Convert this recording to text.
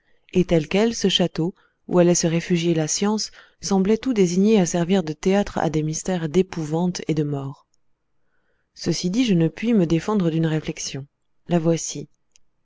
et tel quel ce château où allait se réfugier la science semblait tout désigné à servir de théâtre à des mystères d'épouvante et de mort ceci dit je ne puis me défendre d'une réflexion la voici